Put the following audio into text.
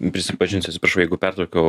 prisipažinsiu atsiprašau jeigu pertraukiau